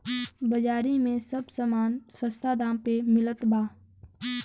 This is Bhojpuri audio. बाजारी में सब समान सस्ता दाम पे मिलत बा